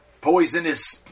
poisonous